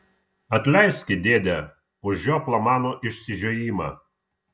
atleiski dėde už žioplą mano išsižiojimą